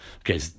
okay